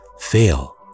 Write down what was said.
fail